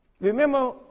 Remember